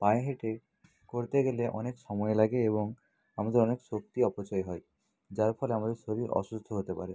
পায়ে হেঁটে করতে গেলে অনেক সময় লাগে এবং আমাদের অনেক শক্তি অপচয় হয় যার ফলে আমাদের শরীর অসুস্থ হতে পারে